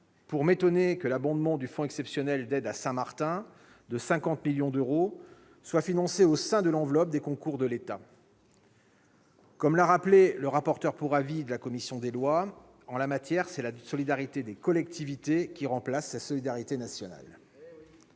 je m'étonne que l'augmentation du fonds exceptionnel d'aide à Saint-Martin, à hauteur de 50 millions d'euros, soit financée au sein de l'enveloppe des concours de l'État. Comme l'a rappelé M. le rapporteur pour avis de la commission des lois, en la matière, c'est la solidarité des collectivités qui remplace la solidarité nationale.